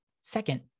Second